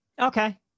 Okay